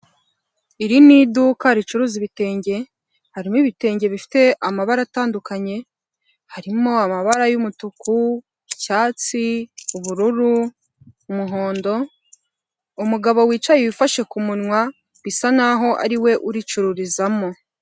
Iri ni iduka ricuruza ibitwenge harimo ibitenge bifite amabara atandukanye, harimo amabara y'umutuku icyatsi ubururu umuhondo, umugabo wicaye wifashe ku munwa bisa naho ariwe uricururizamo.